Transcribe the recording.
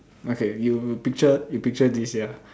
okay you picture you picture this ya